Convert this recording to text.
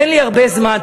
אין לי הרבה זמן.